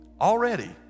already